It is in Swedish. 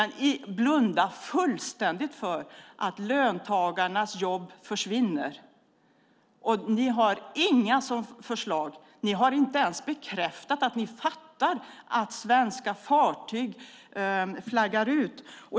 Ni blundar fullständigt för att löntagarnas jobb försvinner. Ni har inga förslag. Ni har inte ens bekräftat att ni fattar att svenska fartyg flaggar ut.